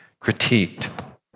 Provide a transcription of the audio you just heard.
critiqued